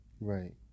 right